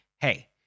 hey